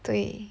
对